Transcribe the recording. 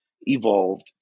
evolved